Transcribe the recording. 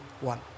one